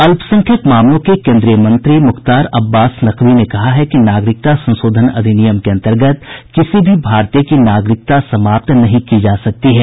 अल्पसंख्यक मामलों के केन्द्रीय मंत्री मुख्तार अब्बास नकवी ने कहा है कि नागरिकता संशोधन अधिनियम के अंतर्गत किसी भी भारतीय की नागरिकता समाप्त नहीं की जा सकती है